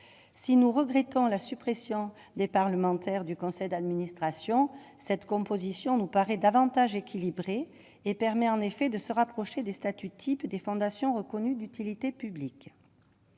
si nous regrettons la suppression des parlementaires du conseil d'administration cette composition nous paraît davantage équilibré et permet en effet de se rapprocher des statuts types des fondations reconnues d'utilité publique.